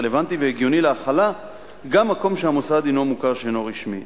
רלוונטי והגיוני להחלה גם מקום שהמוסד הוא מוכר שאינו רשמי.